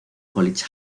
college